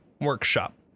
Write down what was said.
workshop